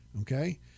okay